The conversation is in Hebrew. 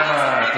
אוסאמה, אוסאמה.